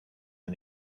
and